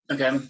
Okay